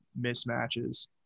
mismatches